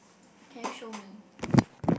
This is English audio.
can you show me